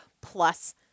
plus